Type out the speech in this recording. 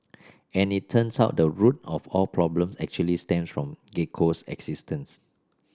and it turns out the root of all problems actually stems from Gecko's existence